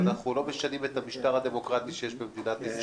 אנחנו לא משנים את המשטר הדמוקרטי שיש במדינת ישראל.